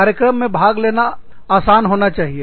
कार्यक्रम में भाग लेना आसान होना चाहिए